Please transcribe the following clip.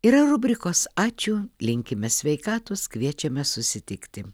yra rubrikos ačiū linkime sveikatos kviečiame susitikti